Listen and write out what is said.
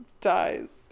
dies